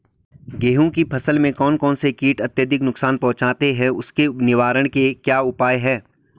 गेहूँ की फसल में कौन कौन से कीट अत्यधिक नुकसान पहुंचाते हैं उसके निवारण के क्या उपाय हैं?